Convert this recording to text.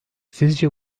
sizce